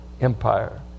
Empire